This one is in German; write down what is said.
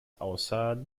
außer